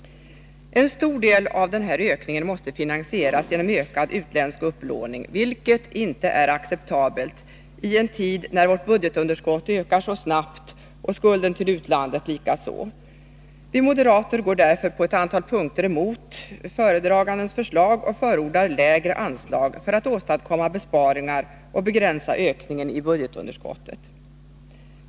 En stor del av den här ökningen måste finansieras genom ökad utländsk upplåning, vilket inte är acceptabelt i en tid, när vårt budgetunderskott ökar så snabbt och skulden till utlandet likaså. Vi moderater går därför på ett antal punkter emot föredragandens förslag och förordar lägre anslag, för att åstadkomma besparingar och begränsa ökningen i budgetunderskottet.